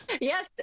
Yes